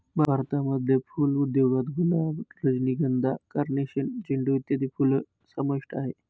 भारतामध्ये फुल उद्योगात गुलाब, रजनीगंधा, कार्नेशन, झेंडू इत्यादी फुलं समाविष्ट आहेत